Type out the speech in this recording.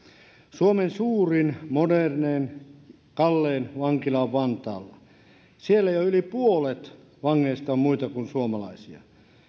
suomen suurin modernein kallein vankila on vantaalla siellä jo yli puolet vangeista on muita kuin suomalaisia